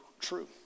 true